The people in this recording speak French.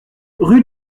rue